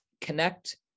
connect